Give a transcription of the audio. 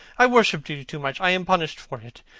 i worshipped you too much. i am punished for it.